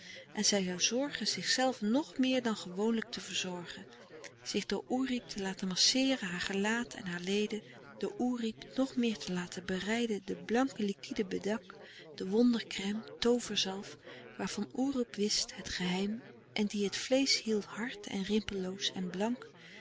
en zij zoû zorgen zichzelve nog meer dan gewoonlijk te verzorgen zich door oerip te laten masseeren haar gelaat en haar leden door oerip nog meer te laten bereiden de blanke liquide bedak de wondercrême tooverzalf waarvan oerip wist het geheim en die het vleesch hield hard en louis couperus de stille kracht rimpelloos en blank